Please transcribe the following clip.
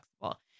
flexible